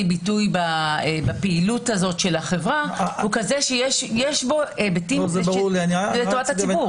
ביטוי בפעילות הזאת של החברה הוא כזה שיש בו היבטים לטובת הציבור.